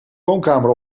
woonkamer